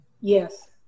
yes